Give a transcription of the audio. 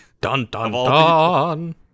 Dun-dun-dun